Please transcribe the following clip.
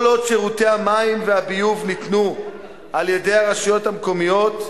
כל עוד שירותי המים והביוב ניתנו על-ידי הרשויות המקומיות,